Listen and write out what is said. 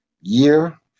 year